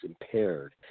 impaired